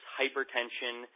hypertension